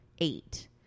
eight